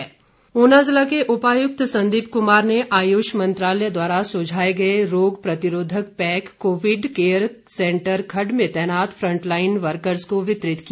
प्रतिरोधक पैक ऊना ज़िला के उपायुक्त संदीप कुमार ने आयुष मंत्रालय द्वारा सुझाए गए रोग प्रतिरोधक pack Covid care centre Khad में तैनात फ्रंटलाइन वर्कर्स को वितरित किया